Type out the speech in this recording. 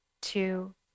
two